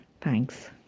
Thanks